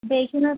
देखना